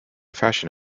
fashion